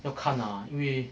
要看啊因为